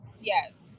Yes